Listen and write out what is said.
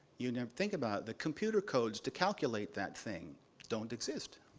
you know think about the computer codes to calculate that thing don't exist.